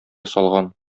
салган